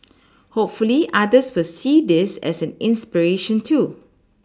hopefully others will see this as an inspiration too